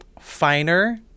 finer